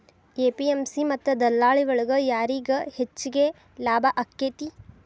APMC ಮತ್ತ ದಲ್ಲಾಳಿ ಒಳಗ ಯಾರಿಗ್ ಹೆಚ್ಚಿಗೆ ಲಾಭ ಆಕೆತ್ತಿ?